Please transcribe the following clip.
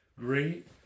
great